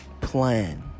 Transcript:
plan